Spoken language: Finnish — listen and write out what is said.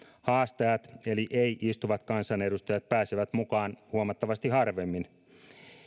haastajat eli ei istuvat ehdokkaat pääsevät mukaan huomattavasti harvemmin